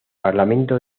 parlamento